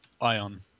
ION